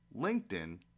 LinkedIn